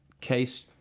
case